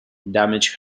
damaged